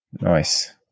nice